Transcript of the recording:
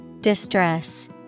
Distress